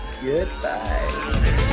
Goodbye